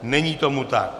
Není tomu tak.